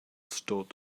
stood